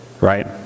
right